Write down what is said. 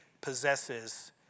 possesses